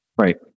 right